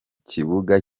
kibuga